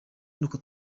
n’uko